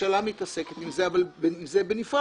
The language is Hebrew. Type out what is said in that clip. הממשלה מתעסקת עם זה, אבל זה בנפרד.